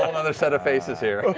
other set of faces here.